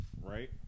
right